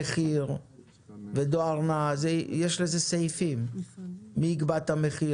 המחיר ודואר נע יש על זה סעיפים: מי יקבע את המחיר,